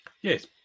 Yes